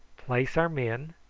place our men,